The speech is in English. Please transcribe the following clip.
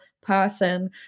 person